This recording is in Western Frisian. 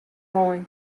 lein